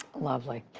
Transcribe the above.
lovely.